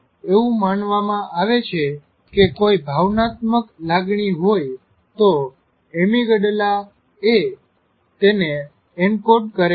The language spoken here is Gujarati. એવું માનવામાં આવે છે કે કોઈ ભાવનાત્મક લાગણી હોઈ તો એમિગડલા તેને એન્કોડ કરે છે